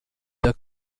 der